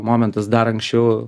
momentas dar anksčiau